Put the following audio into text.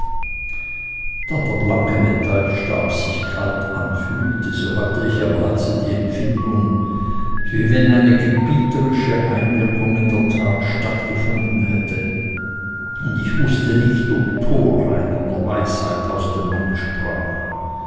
der blanke metallstab sich kalt anfühlte so hatte ich am halse die empfindung wie wenn eine gebieterische einwirkung in der tat stattgefunden hätte und ich wußte nicht ob torheit oder weisheit aus dem manne sprach